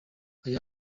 aya